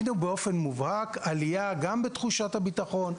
ראינו באופן מובהק עלייה גם בתחושת הבטחון,